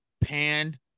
panned